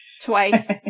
twice